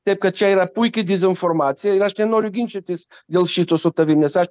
taip kad čia yra puiki dezinformacija ir aš nenoriu ginčytis dėl šito su tavim nes aš